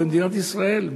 במדינת ישראל,